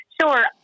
Sure